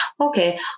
okay